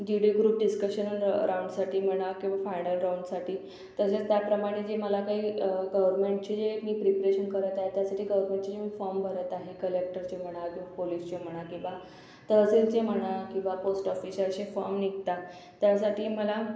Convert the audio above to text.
जी D group discussion रा राऊंडसाठी म्हणा किंवा फायनल राऊंडसाठी तसेच त्याप्रमाणे जे मला काही गवरमेंटचे जे मी प्रिप्रेशन करत आहे त्यासाठी गरमेणचे मी फॉम भरत आहे कलेक्टरचं म्हणा किंवा पोलीसचे म्हणा किंवा तहसीलचे म्हणा किंवा पोस्ट ऑफिसरचे फॉर्म निघतात त्यासाठी मला